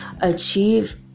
achieve